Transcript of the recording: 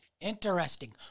Interesting